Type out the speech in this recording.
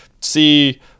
see